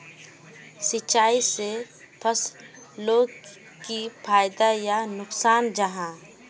सिंचाई से फसलोक की फायदा या नुकसान जाहा?